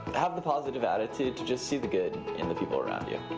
have the positive attitude to just see the good in the people around you.